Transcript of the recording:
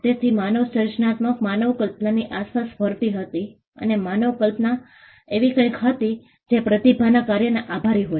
તેથી માનવ સર્જનાત્મકતા માનવ કલ્પનાની આસપાસ ફરતી હતી અને માનવ કલ્પના એવી કંઈક હતી જે પ્રતિભાના કાર્યને આભારી હોય